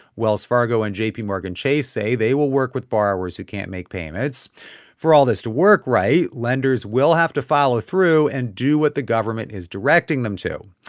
wells fargo and jpmorgan chase say they will work with borrowers who can't make payments for all this to work right, lenders will have to follow through and do what the government is directing them to.